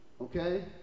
okay